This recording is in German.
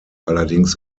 allerdings